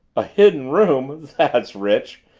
a hidden room that's rich!